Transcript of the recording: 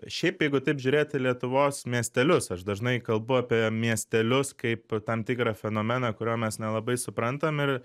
šiaip jeigu taip žiūrėt į lietuvos miestelius aš dažnai kalbu apie miestelius kaip tam tikrą fenomeną kurio mes nelabai suprantam ir